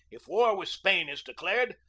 if war with spain is declared,